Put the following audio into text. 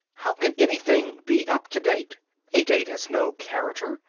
how can anything be up to date a date has no character.